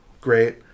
great